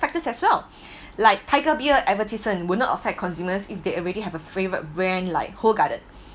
factors as well like Tiger Beer advertising would not affect consumers if they already have a favorite brand like Hoegaarden